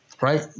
Right